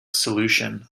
solution